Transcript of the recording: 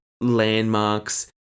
landmarks